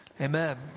amen